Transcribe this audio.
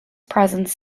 presence